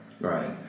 Right